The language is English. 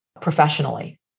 professionally